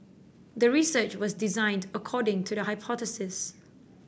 the research was designed according to the hypothesis